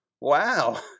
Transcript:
wow